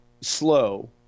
slow